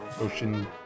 ocean